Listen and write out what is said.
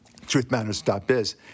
truthmatters.biz